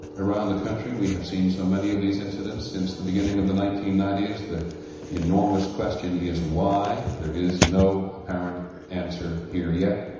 around the country we have seen so many of these incidents since the beginning of the nineteen ninety s. the enormous question is why there is no apparent answer here yet.